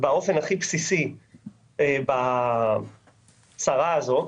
באופן הכי בסיסי בצרה הזאת,